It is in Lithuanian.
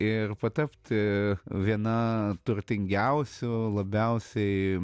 ir tapti viena turtingiausių labiausiai